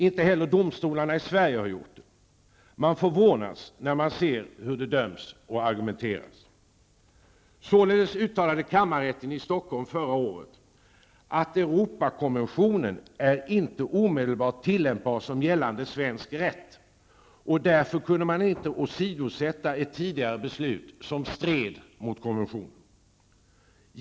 Inte heller domstolarna i Sverige har gjort det. Man förvånas när man ser hur det döms och argumenteras. Således uttalade kammarrätten i Stockholm förra året att Europakonventionen inte är omedelbart tillämpbar som gällande svensk rätt, och därför kunde man inte åsidosätta ett tidigare beslut som stred mot konventionen.